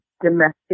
Domestic